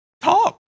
talk